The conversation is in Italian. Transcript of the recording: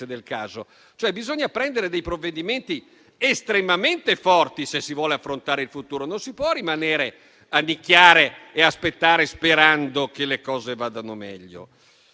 del caso. Bisogna prendere provvedimenti estremamente forti, se si vuole affrontare il futuro. Non si può rimanere a nicchiare e aspettare, sperando che le cose vadano meglio.